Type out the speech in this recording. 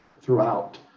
throughout